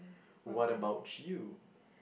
what about you